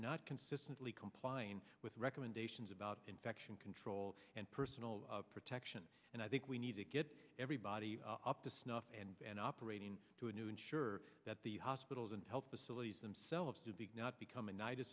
not consistently complying with recommendations about infection control and personal protection and i think we need to get everybody up to snuff and operating to a new ensure that the hospitals and health facilities themselves to be not become a night